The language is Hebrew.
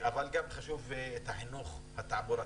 אבל גם חשוב החינוך התעבורתי,